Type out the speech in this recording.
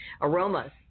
Aromas